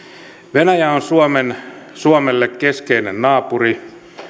venäjä on suomelle keskeinen naapuri